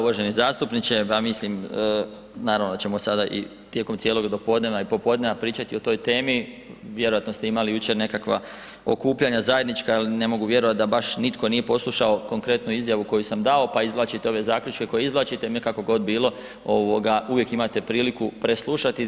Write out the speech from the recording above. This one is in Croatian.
Uvaženi zastupniče, pa mislim naravno da ćemo sada i tijekom cijelog do podneva i popodneva pričati o toj temi, vjerojatno ste imali jučer nekakva okupljanja zajednička jer ne mogu vjerovat da baš nitko nije poslušao konkretnu izjavu koju sam dao pa izvlačite ove zaključke kako izvlačite no kako god bilo, uvijek imate priliku preslušati.